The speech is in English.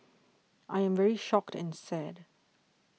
I am very shocked and sad